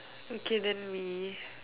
okay then we